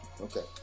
okay